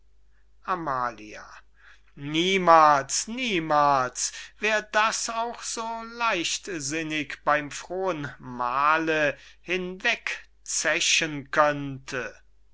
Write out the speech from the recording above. amalia niemals niemals wer das auch so leichtsinnig beym frohen mahle hinwegzechen könnte